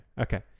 okay